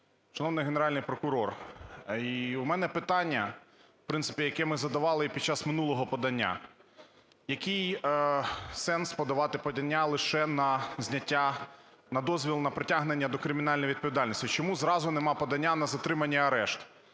Шановний Генеральний прокурор, в мене питання, в принципі, яке ми задавали і під час минулого подання. Який сенс подавати подання лише на зняття, на дозвіл на притягнення до кримінальної відповідальності? Чому зразу нема подання на затримання і арешт?